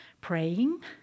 praying